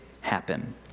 happen